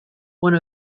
one